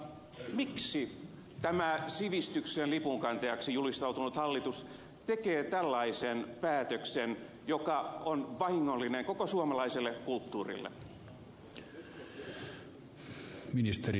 miksi tämä sivistyksen lipunkantajaksi julistautunut hallitus tekee tällaisen päätöksen joka on vahingollinen koko suomalaiselle kulttuurille